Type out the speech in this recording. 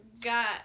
got